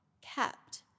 kept